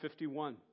51